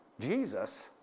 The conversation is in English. Jesus